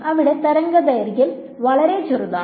അവിടെ തരംഗദൈർഘ്യം വളരെ ചെറുതാണ്